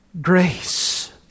grace